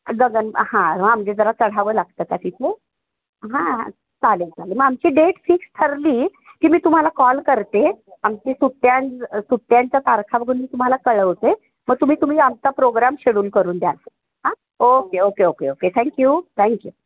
गगन हां हां म्हणजे जरा चढावं लागतं का तिथे हां चालेल चालेल मग आमची डेट फिक्स ठरली की मी तुम्हाला कॉल करते आमची सुट्ट्या सुट्ट्यांच्या तारखा बघून मी तुम्हाला कळवते मग तुम्ही तुम्ही आमचा प्रोग्राम शेडूल करून द्याल हां okay okay okay okay thank you thank you